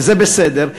וזה בסדר,